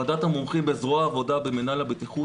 ועדת המומחים בזרוע העבודה במינהל הבטיחות,